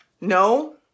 No